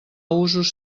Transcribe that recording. usos